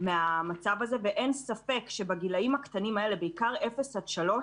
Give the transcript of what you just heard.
מהמצב הזה ואין ספק שבגילאים הקטנים, בעיקר 0 3,